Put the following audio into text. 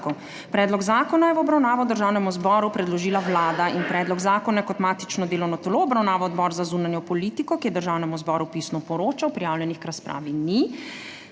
Predlog zakona je v obravnavo Državnemu zboru predložila Vlada. Predlog zakona je kot matično delovno telo obravnaval Odbor za zunanjo politiko, ki je Državnemu zboru pisno poročal. Prijavljenih k razpravi ni.